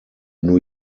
new